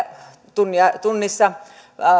tunnissa